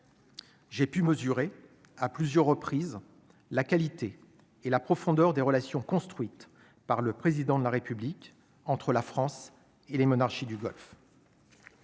J'ai pu mesurer à plusieurs reprises la qualité et la profondeur des relations construite par le président de la République, entre la France et les monarchies du vol.